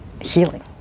healing